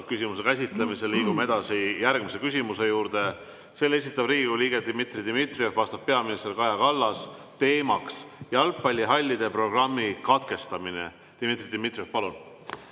küsimuse käsitlemise. Liigume edasi järgmise küsimuse juurde. Selle esitab Riigikogu liige Dmitri Dmitrijev, vastab peaminister Kaja Kallas, teema on jalgpallihallide programmi katkestamine. Dmitri Dmitrijev, palun!